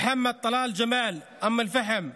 מוחמד טלאל ג'מאל מאום אל-פחם,